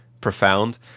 profound